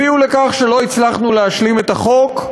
הביאו לכך שלא הצלחנו להשלים את החוק,